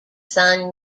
sun